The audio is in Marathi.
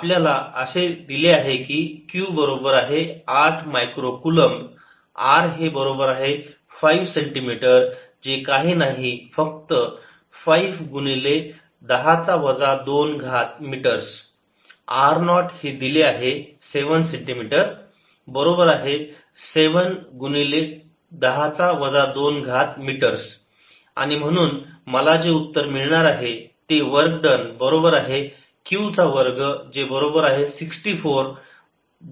आता आपल्याला असे दिले आहे की q बरोबर आहे 8 मायक्रो कुलोम्ब r हे बरोबर आहे 5 सेंटीमीटर जे काही नाही फक्त 5 गुणिले 10चा वजा 2 घात मीटर्स r नॉट हे दिले आहे 7 सेंटीमीटर बरोबर आहे 7 गुणिले 10 चा वजा 2 घात मीटर्स आणि म्हणून मला जे उत्तर मिळणार आहे ते वर्क डन बरोबर आहे q चा वर्ग जे आहे 64